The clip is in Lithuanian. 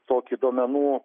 tokį duomenų